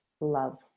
love